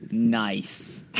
Nice